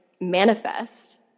manifest